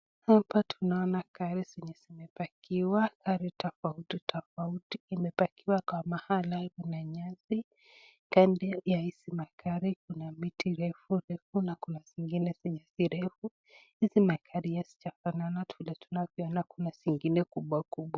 Hapa tunaona gari zenye zimepakiwa, gari tofauti tofauti. Imepakiwa kwa mahala kuna nyasi. Kando ya hizi magari kuna miti refu refu na kuna zingine zenye si refu. Hizi magari hazijafanana vile tunaona, kuna zingine kubwa kubwa.